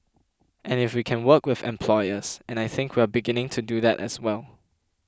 and if we can work with employers and I think we're beginning to do that as well